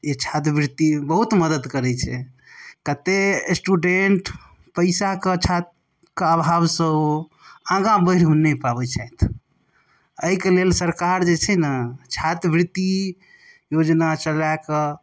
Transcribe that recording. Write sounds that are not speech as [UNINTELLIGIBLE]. ई छात्रवृत्ति बहुत मदद करै छै कते स्टूडेंट पैसाके [UNINTELLIGIBLE] अभावसँ ओ आगा बढ़ि नहि पाबै छथि अइ के लेल सरकार जे छै ने छात्रवृत्ति योजना चलाकऽ